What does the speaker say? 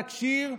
התקשי"ר,